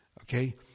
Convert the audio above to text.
Okay